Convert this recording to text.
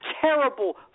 Terrible